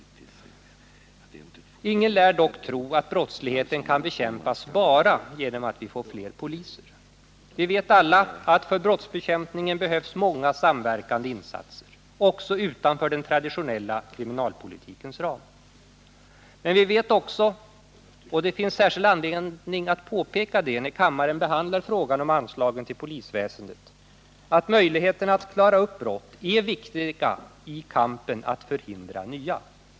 Ingen lär dock tro att brottsligheten kan bekämpas bara genom att vi får fler poliser. Vi vet alla att för brottsbekämpningen behövs många samverkande insatser — ofta utanför den traditionella kriminalpolitikens ram. Men vi vet också — och det finns särskild anledning att påpeka det när kammaren behandlar frågan om anslagen till polisväsendet — att möjligheterna att klara upp brott är viktiga i kampen att förhindra nya.